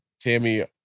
Tammy